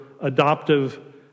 adoptive